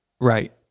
Right